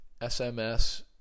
SMS